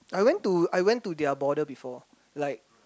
I went to I went to their border before like